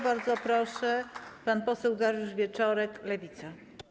Bardzo proszę, pan poseł Dariusz Wieczorek, Lewica.